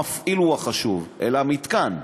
המפעיל הוא החשוב, אלא המתקן.